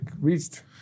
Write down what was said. reached